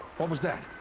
what was that?